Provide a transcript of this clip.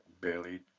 barely